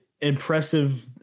impressive